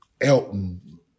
Elton